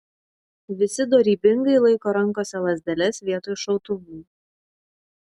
visi dorybingai laiko rankose lazdeles vietoj šautuvų